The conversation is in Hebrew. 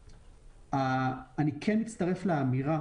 אני כן מצטרף לאמירה